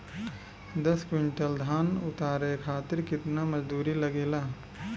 दस क्विंटल धान उतारे खातिर कितना मजदूरी लगे ला?